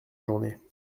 journée